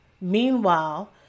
Meanwhile